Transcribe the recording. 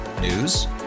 News